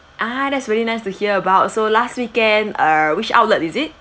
ah that's really nice to hear about so last weekend err which outlet is it